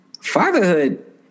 Fatherhood